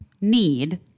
need